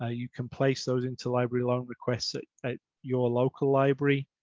ah you can place those interlibrary loan requests it at your local library.